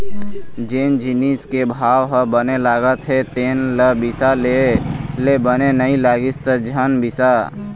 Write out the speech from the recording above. जेन जिनिस के भाव ह बने लागत हे तेन ल बिसा ले, बने नइ लागिस त झन बिसा